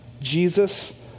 Jesus